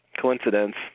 Coincidence